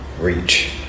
reach